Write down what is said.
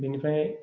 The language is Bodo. बेनिफ्राय